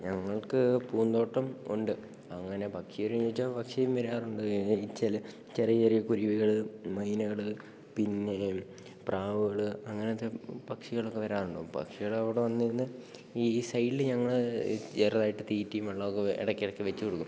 ഞങ്ങൾക്കു പൂന്തോട്ടം ഉണ്ട് അങ്ങനെ പക്ഷി വരുമോ എന്നു ചോദിച്ചാല് പക്ഷിയും വരാറുണ്ട് ചില ചെറിയ ചെറിയ കുരുവികള് മൈനകള് പിന്നെ പ്രാവുകള് അങ്ങനത്തെ പക്ഷികളൊക്കെ വരാറുണ്ട് പക്ഷികളവിടെ വന്നിരുന്ന് ഈ സൈഡില് ഞങ്ങള് ചെറതായിട്ട് തീറ്റയും വെള്ളവുമൊക്കെ ഇടയ്ക്കിടയ്ക്കു വച്ചുകൊടുക്കും